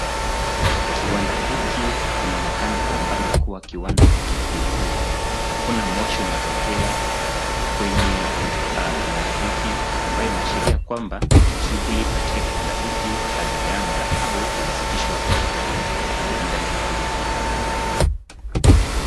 Kiwanda hiki kinaonekana kwa umbali kuwa kiwanda kikukuu hakuna moshi unaotokea kwenye kiwanda hiki ambayo inaashiria kwamba shughuli katika kiwanda hiki hazijaanza au zikisitishwa muda mrefu uliopita.